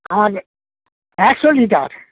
আমাদের একশো লিটার